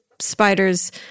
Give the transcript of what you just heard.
spiders